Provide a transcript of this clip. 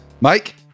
Mike